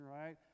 right